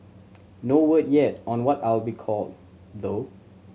no word yet on what I'll be called though